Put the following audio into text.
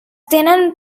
tenen